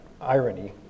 irony